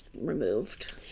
removed